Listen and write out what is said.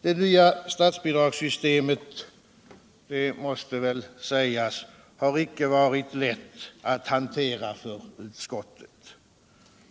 Det nya statsbidragssystemet — det måste vil sägas — har icke varit lätt att hantera för utskottet.